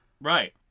right